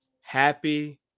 Happy